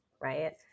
right